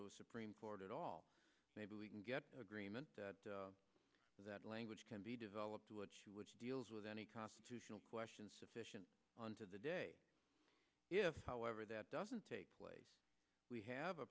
to the supreme court at all maybe we can get agreement that language can be developed which deals with any constitutional question sufficient on to the day if however that doesn't take place we have a